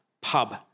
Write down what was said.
pub